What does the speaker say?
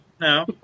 no